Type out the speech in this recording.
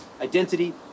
identity